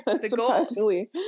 surprisingly